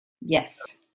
Yes